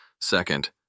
Second